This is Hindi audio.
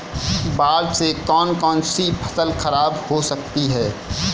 बाढ़ से कौन कौन सी फसल खराब हो जाती है?